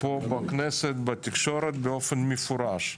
בכנסת, באופן מפורש.